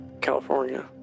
California